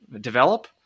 develop